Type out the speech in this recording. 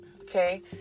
okay